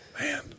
Man